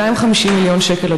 250 מיליון שקל,